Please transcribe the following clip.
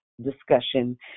discussion